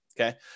okay